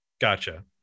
Gotcha